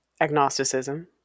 agnosticism